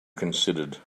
considered